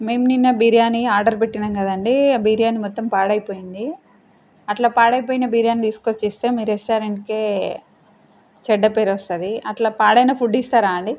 మేం నిన్న బిర్యానీ ఆర్డర్ పెట్టాము కదండీ ఆ బిర్యానీ మొత్తం పాడైపోయింది అలా పాడైపోయిన బిర్యానీ తీసుకొచ్చి ఇస్తే మీ రెస్టారెంట్కే చెడ్డ పేరు వస్తుంది అలా పాడైన ఫుడ్ ఇస్తారా అండి